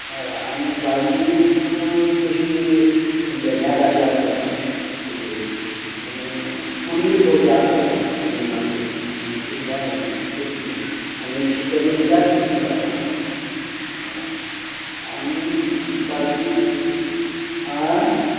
हय आनी भाजी तुका बेश्टी भेड्यां भाजी आसा तुगे आनी कुल्ल्यो थोड्यो आसा हुमणाच्यो आनी कुल्ल्या ये किसमूर आनी सुकेंं नुस्त्या किसमूर आसा आनी भाजी आ